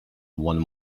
one